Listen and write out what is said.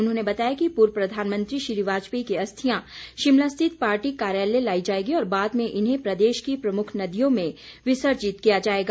उन्होंने बताया कि पूर्व प्रधानमंत्री श्री वाजपेयी की अस्थियां शिमला स्थित पार्टी कार्यालय लाई जाएगी और बाद में इन्हें प्रदेश की प्रमुख नदियों में विसर्जित किया जाएगा